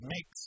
Mix